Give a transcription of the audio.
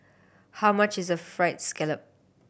how much is Fried Scallop